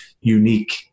unique